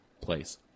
place